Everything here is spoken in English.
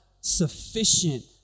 sufficient